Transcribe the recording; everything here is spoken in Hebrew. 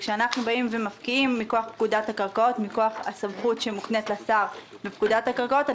כשאנחנו מפקיעים מכוח הסמכות שמוקנית לשר בפקודת הקרקעות,